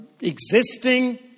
existing